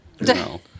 No